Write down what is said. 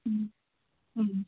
ꯎꯝ ꯎꯝ